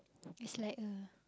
is like a